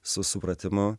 su supratimu